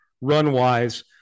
run-wise